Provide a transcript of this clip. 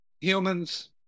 Humans